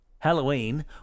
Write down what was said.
Halloween